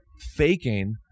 faking